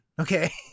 Okay